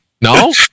No